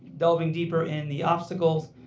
delving deeper in the obstacles,